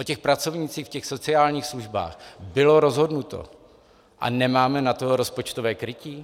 O těch pracovnících v sociálních službách bylo rozhodnuto a nemáme na to rozpočtové krytí?